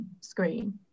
screen